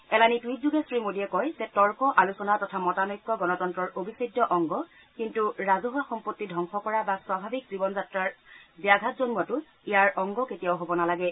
এলানি টইট যোগে শ্ৰী মোডীয়ে কয় যে তৰ্ক আলোচনা তথা মতানৈক্য গণতন্ত্ৰৰ অবিচ্ছেদ্য অংগ কিন্তু ৰাজহুৱা সম্পত্তি ধবংস কৰা বা স্বাভাৱিক জীৱন যাত্ৰাত ব্যঘাট জন্মোৱাটো ইয়াৰ অংগ কেতিয়াও হ'ব নালাগে